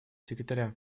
секретаря